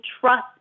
trust